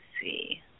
see